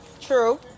true